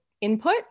input